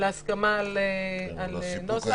להסכמה על נוסח.